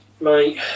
mate